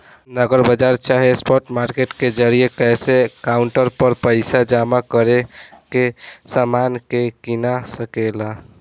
नगद बाजार चाहे स्पॉट मार्केट के जरिये कैश काउंटर पर पइसा जमा करके समान के कीना सके ला